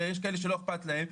ויש כאלה שלא אכפת להם,